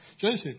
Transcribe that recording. Joseph